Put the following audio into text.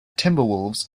timberwolves